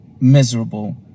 miserable